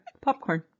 popcorn